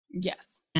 Yes